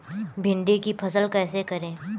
भिंडी की फसल कैसे करें?